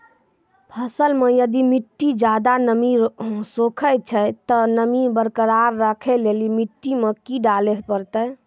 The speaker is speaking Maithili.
फसल मे यदि मिट्टी ज्यादा नमी सोखे छै ते नमी बरकरार रखे लेली मिट्टी मे की डाले परतै?